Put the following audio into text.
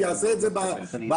יעשה את זה בעשירי,